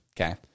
Okay